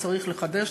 וצריך לחדש,